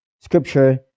scripture